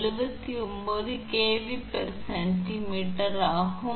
79 kVcm ஆகும்